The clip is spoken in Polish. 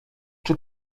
czy